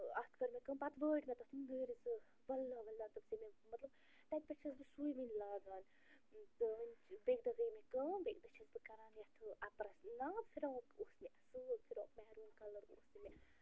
اتھ کٔر مےٚ کٔر کٲم پتہٕ وٲٹۍ مےٚ تتھ تِم نٔرۍ زٕ وَاللہ وَاللہ تب سے میں مطلب تَتہِ پٮ۪ٹھ چھَس بہٕ سُے وِنہِ لاگان تہٕ بیٚکہِ دۄہ گٔے مےٚ کٲم بیٚکہِ دۄہ چھَس بہٕ کَران یَتھ اپرس نا فِراک اوس مےٚ اصٕل فِراک اوس مےٚ میروٗن کلر اوس سُہ مےٚ